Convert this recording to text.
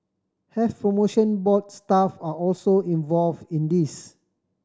Health Promotion Board staff are also involved in this